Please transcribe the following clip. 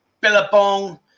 Billabong